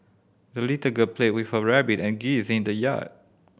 the little girl played with her rabbit and geese in the yard